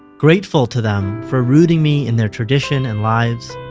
grateful to them for rooting me in their tradition and lives.